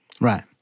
Right